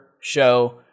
show